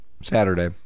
Saturday